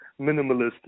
minimalist